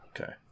Okay